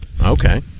okay